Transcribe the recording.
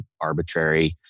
arbitrary